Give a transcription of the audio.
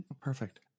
Perfect